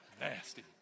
Nasty